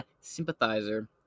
sympathizer